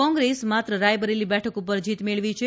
કોંગ્રેસ માત્ર રાયબરેલી બેઠક ઉપર જીત મેળવી છે